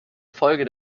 folge